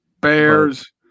Bears